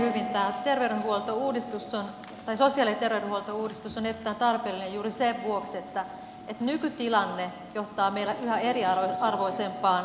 tämä sosiaali ja terveydenhuoltouudistus on erittäin tarpeellinen juuri sen vuoksi että nykytilanne johtaa meillä yhä eriarvoisempaan terveydenhuoltoon